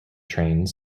trains